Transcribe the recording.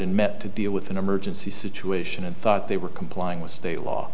and met to deal with an emergency situation and thought they were complying with state law